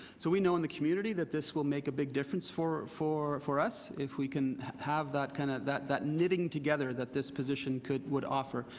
so we know in the community, that this will make a big difference for for for us if we can have that kind of, that that knitting together that this position would offer.